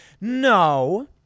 no